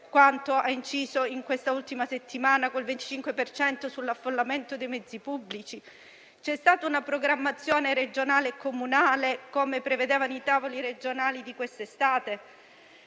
quanto abbia inciso in questa ultima settimana quel 25 per cento residuo sull'affollamento dei mezzi pubblici? C'è stata una programmazione regionale e comunale, come prevedevano i tavoli regionali di quest'estate?